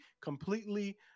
completely